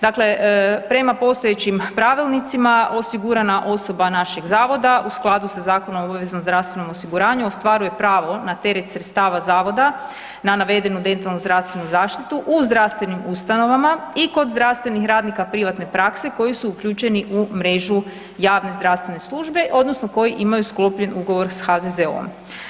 Dakle, prema postojećim pravilnicima osigurana osoba našeg zavoda u skladu sa Zakonom o obveznom zdravstvenom osiguranju ostvaruje pravo na teret sredstava zavoda na navedenu dentalnu zdravstvenu zaštitu u zdravstvenim ustanovama i kod zdravstvenih radnika privatne prakse koji su uključeni u mrežu javne zdravstvene službe odnosno koji imaju sklopljen ugovor s HZZO-om.